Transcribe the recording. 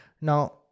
now